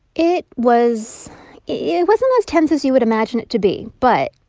it was yeah it wasn't as tense as you would imagine it to be. but